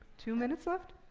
two minutes left?